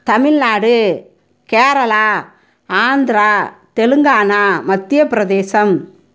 Tamil Nadu Kerala Andhra Telangana Madhya Pradesh